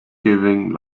giving